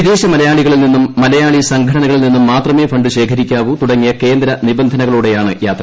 വിദേശമലയാളികളിൽ നിന്നും മലയാളി സംഘടനകളിൽ നിന്നും മാത്രമേ ഫണ്ട് ശേഖരിക്കാവൂ തുടങ്ങിയ കേന്ദ്ര നിബന്ധനകളോടെയാണ് യാത്ര